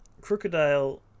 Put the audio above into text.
Crocodile